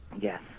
Yes